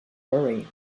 worry